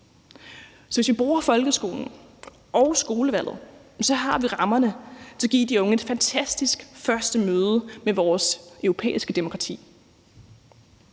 Så hvis vi bruger folkeskolen og skolevalget, har vi rammerne til at give de unge et fantastisk første møde med vores europæiske demokrati.